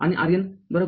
आणि R n ३